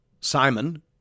Simon